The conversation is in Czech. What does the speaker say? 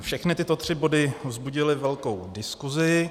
Všechny tyto tři body vzbudily velkou diskuzi.